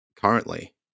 currently